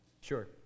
Sure